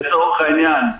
לצורך העניין,